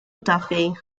mcduffie